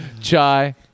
Chai